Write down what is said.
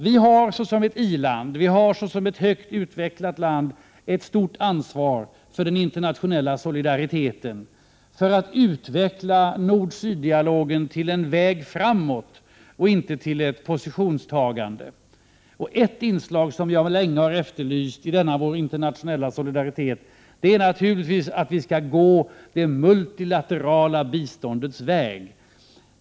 Vi har såsom ett i-land och såsom ett högt utvecklat land ett stort ansvar för den internationella solidariteten och för att utveckla nord—syd-dialogen till en väg framåt och inte till ett positionstagande. Ett inslag som jag länge har efterlyst i denna vår internationella solidaritet är naturligtvis att vi skall gå det multilaterala biståndets väg.